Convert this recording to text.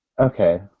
Okay